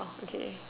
okay